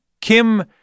Kim